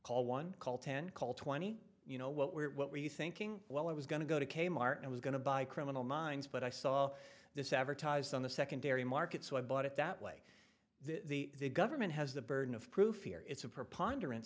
call one call ten call twenty you know what were what were you thinking well i was going to go to kmart i was going to buy criminal minds but i saw this advertised on the secondary market so i bought it that way the government has the burden of proof here it's a preponderance